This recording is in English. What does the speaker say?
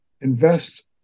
invest